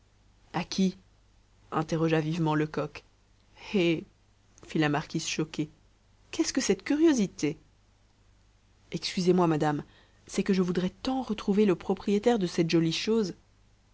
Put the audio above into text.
à qui interrogea vivement lecoq eh fit la marquise choquée qu'est-ce que cette curiosité excusez-moi madame c'est que je voudrais tant retrouver le propriétaire de cette jolie chose